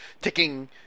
ticking